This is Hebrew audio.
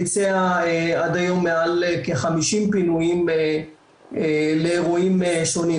ביצע עד היום מעל כ-50 פינויים לאירועים שונים,